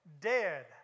Dead